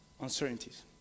Uncertainties